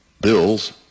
Bills